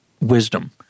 wisdom